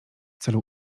celu